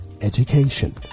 education